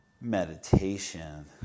Meditation